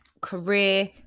career